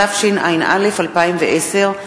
התשע"א 2010,